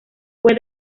fue